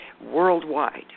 worldwide